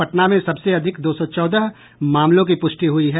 पटना में सबसे अधिक दो सौ चौदह मामलों की पुष्टि हुई है